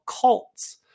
cults